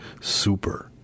Super